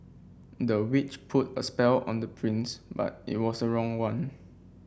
the witch put a spell on the prince but it was a wrong one